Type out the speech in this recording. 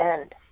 end